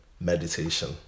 meditation